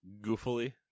goofily